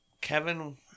kevin